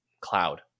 cloud